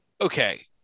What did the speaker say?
Okay